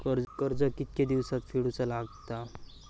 कर्ज कितके दिवसात फेडूचा लागता?